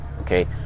okay